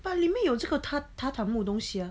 but 里面有这个榻榻榻木东西啊